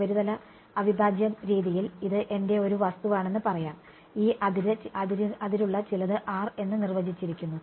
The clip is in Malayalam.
ഉപരിതല അവിഭാജ്യ രീതിയിൽ ഇത് എന്റെ ഒരു വസ്തുവാണെന്ന് പറയാം ഈ അതിരുള്ള ചിലത് എന്ന് നിർവചിച്ചിരിക്കുന്നു